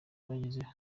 bagezeho